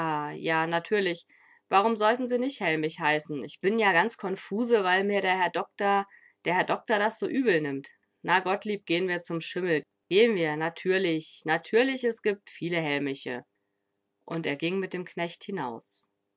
ja natürlich warum sollten sie nich hellmich heißen ich bin ja ganz konfuse weil mir der herr doktor der herr doktor das so übel nimmt na gottlieb gehn wir zum schimmel gehn wir natürlich natürlich es gibt viel hellmiche und er ging mit dem knecht hinaus